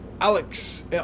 Alex